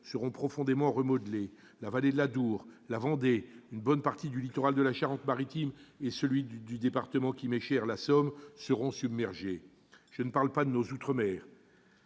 seront profondément remodelés ; la vallée de l'Adour, la Vendée, une bonne partie du littoral de la Charente-Maritime et de la Somme, département qui m'est cher, seront submergées. Je ne parle pas de nos outre-mer,